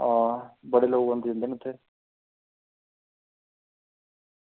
हां बड़े लोग औंदे जंदे न उत्थें